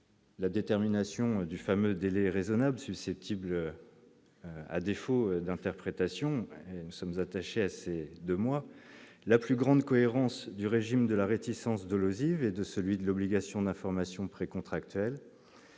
La détermination du fameux délai raisonnable susceptible à défaut d'interprétation, nous sommes attachés assez de moi la plus grande cohérence du régime de la réticence de l'et de celui de l'obligation d'information pré-contractuelle